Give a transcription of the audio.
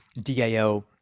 DAO